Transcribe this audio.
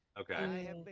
Okay